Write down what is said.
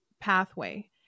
pathway